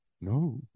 No